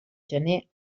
gener